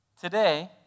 Today